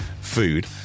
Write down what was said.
food